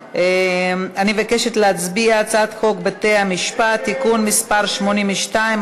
אני מבקשת להצביע על הצעת חוק בתי-המשפט (תיקון מס' 82),